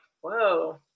whoa